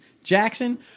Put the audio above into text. jackson